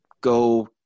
go